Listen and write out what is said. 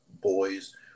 boys